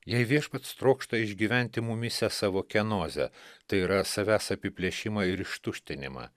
jei viešpats trokšta išgyventi mumyse savo kenoze tai yra savęs apiplėšimą ir ištuštinimą